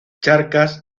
charcas